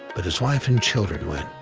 but his wife and children went.